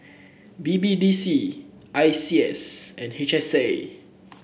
B B D C Iseas and H S A